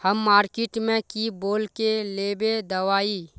हम मार्किट में की बोल के लेबे दवाई?